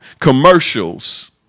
commercials